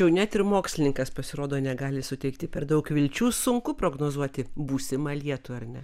jau net ir mokslininkas pasirodo negali suteikti per daug vilčių sunku prognozuoti būsimą lietų ar ne